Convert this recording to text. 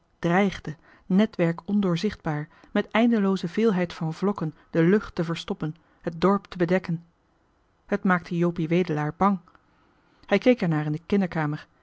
dreigde netwerk ondoorzichtbaar met eindelooze veelheid van vlokken de lucht te verstoppen het dorp te bedekken t maakte jopie wedelaar bang hij keek er naar in de kinderkamer